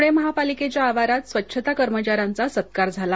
पुणे महापालिकेच्या आवारात स्वच्छता कर्मचाऱ्यांचा सत्कार करण्यात आला